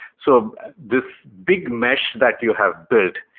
so this big mesh that you have built,